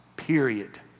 period